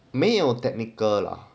没有 technical lah